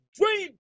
dream